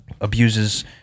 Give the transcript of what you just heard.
abuses